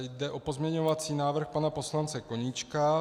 Jde o pozměňovací návrh pana poslance Koníčka.